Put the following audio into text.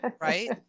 right